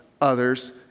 others